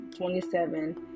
27